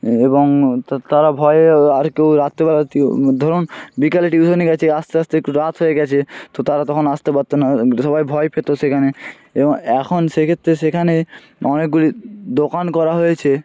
এবং তারা ভয়ে আর একটু রাতেরবেলার ধরুন বিকালে টিউশনি গেছে আসতে আসতে একটু রাত হয়ে গেছে তো তারা তখন আসতে পারত না সবাই ভয় পেতো সেখানে এবং এখন সেক্ষেত্রে সেখানে অনেকগুলি দোকান করা হয়েছে